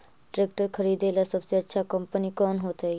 Tractor खरीदेला सबसे अच्छा कंपनी कौन होतई?